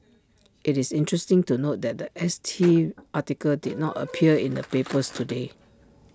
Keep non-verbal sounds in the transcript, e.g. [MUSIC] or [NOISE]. IT is interesting to note that The S T [NOISE] article did not appear in the papers today